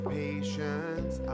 patience